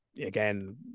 again